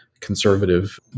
conservative